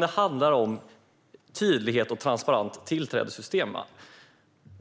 Det handlar om tydlighet och ett transparent tillträdessystem.